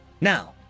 now